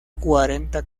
cuarenta